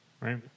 right